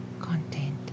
content